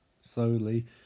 Slowly